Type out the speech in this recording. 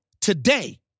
today